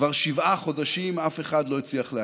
כבר שבעה חודשים אף אחד לא הצליח להקים.